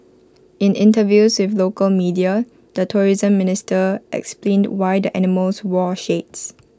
in interviews with local media the tourism minister explained why the animals wore shades